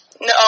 No